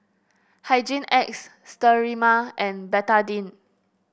Hygin X Sterimar and Betadine